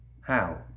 How